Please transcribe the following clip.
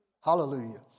Hallelujah